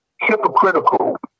hypocritical